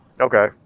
Okay